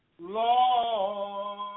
Lord